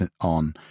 on